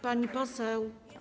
Pani poseł.